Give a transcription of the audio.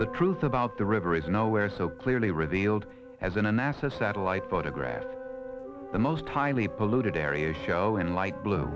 the truth about the river is nowhere so clearly revealed as a nasa satellite photograph the most highly polluted areas show in light blue